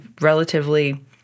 relatively